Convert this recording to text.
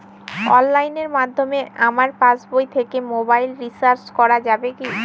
অনলাইনের মাধ্যমে আমার পাসবই থেকে মোবাইল রিচার্জ করা যাবে কি?